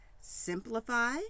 simplify